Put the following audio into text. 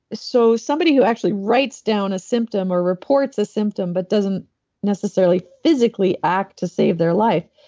so somebody who actually writes down a symptom or reports a symptom, but doesn't necessarily physically act to save their life,